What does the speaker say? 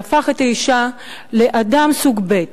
שהפך את האשה לאדם סוג ב'.